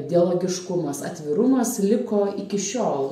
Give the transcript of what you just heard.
dialogiškumas atvirumas liko iki šiol